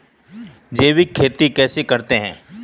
जैविक खेती कैसे करते हैं?